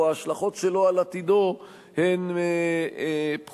או ההשלכות שלו על עתידו הן פחותות.